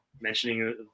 mentioning